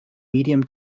medium